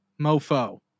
mofo